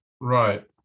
right